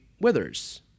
withers